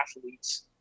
athletes